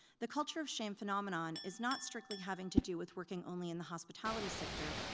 the culture of shame phenomenon is not strictly having to do with working only in the hospitality sector,